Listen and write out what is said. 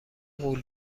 غول